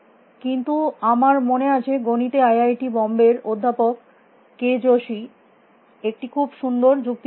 কিন্তু আমার মনে আছে গণিতে আই আই টি বম্বে র অধ্যাপক কে জোশী K Joshi একটি খুব সুন্দর যুক্তি দিয়েছিলেন